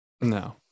No